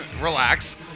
Relax